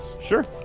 Sure